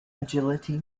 agility